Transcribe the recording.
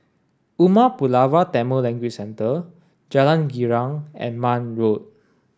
Umar Pulavar Tamil Language Centre Jalan Girang and Marne Road